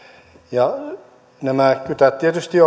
nämä kytät tietysti